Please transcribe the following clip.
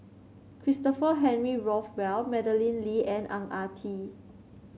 Christopher Henry Rothwell Madeleine Lee and Ang Ah Tee